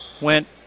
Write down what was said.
Went